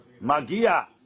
magia